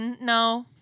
no